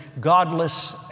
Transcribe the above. godless